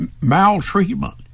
maltreatment